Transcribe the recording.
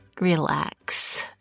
relax